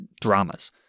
dramas